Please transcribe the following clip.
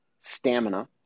stamina